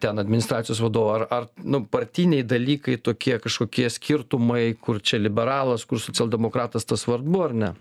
ten administracijos vadovu ar ar nu partiniai dalykai tokie kažkokie skirtumai kur čia liberalas kur socialdemokratas tas svarbu ar ne